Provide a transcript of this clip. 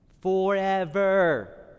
forever